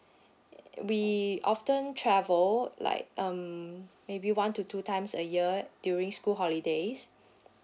we often travel like um maybe one to two times a year during school holidays